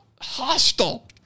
hostile